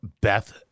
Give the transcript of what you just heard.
Beth